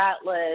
atlas